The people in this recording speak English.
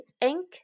Ink